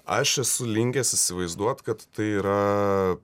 aš esu linkęs įsivaizduot kad tai yra